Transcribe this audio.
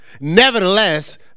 Nevertheless